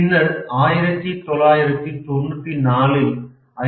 பின்னர் 1994ல் ஐ